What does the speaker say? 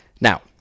Now